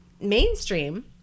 mainstream